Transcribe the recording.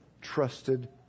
trusted